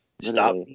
Stop